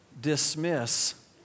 dismiss